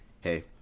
hey